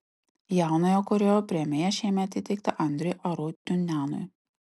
jaunojo kūrėjo premija šiemet įteikta andriui arutiunianui